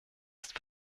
ist